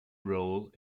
role